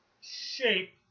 shape